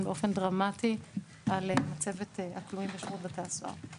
באופן דרמטי על מצבת הכלואים בשירות בתי הסוהר.